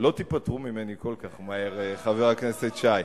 אתם לא תיפטרו ממני כל כך מהר, חבר הכנסת שי.